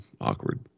awkward